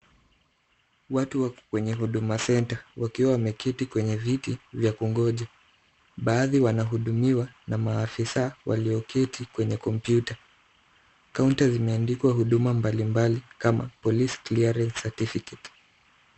Watu wako kwenye Huduma Centre wakiwa wameketi kwenye viti vya kungoja. Baadhi wanahudumiwa na maafisa walioketi kwenye kompyuta. Kaunta zimeandikwa huduma mbalimbali kama police clearance certificate .